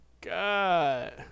God